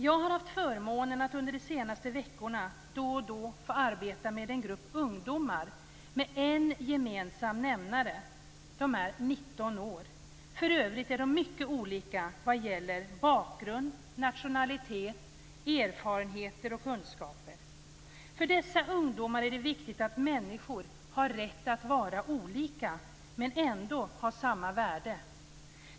Jag har haft förmånen att under de senaste veckorna då och då få arbeta med en grupp ungdomar med en gemensam nämnare: De är 19 år. För övrigt är de mycket olika vad gäller bakgrund, nationalitet, erfarenheter och kunskaper. För dessa ungdomar är det viktigt att människor har rätt att vara olika men ändå ha samma värde.